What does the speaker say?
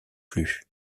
plus